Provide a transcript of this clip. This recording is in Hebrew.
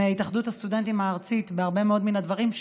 התאחדות הסטודנטים הארצית בהרבה מאוד מהדברים,